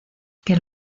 que